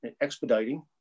expediting